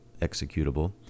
executable